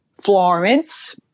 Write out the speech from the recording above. Florence